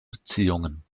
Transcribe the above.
beziehungen